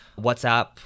WhatsApp